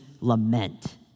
lament